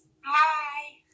Hi